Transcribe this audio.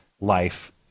life